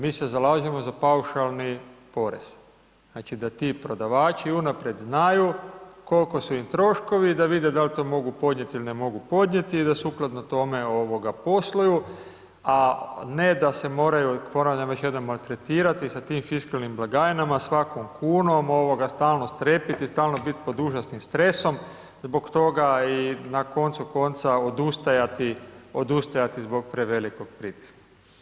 Mi se zalažemo za paušalni porez, znači da ti prodavači unaprijed znaju kol'ko su im troškovi i da vide dal' to mogu podnijeti ili ne mogu podnijeti, i da sukladno tome posluju, a ne da se moraju, ponavljam još jednom maltretirati sa tim fiskalnim blagajnama, svakom kunom, stalno strepiti i stalno bit pod užasnim stresom zbog toga, i na koncu konca odustajati, odustajati zbog prevelikog pritiska.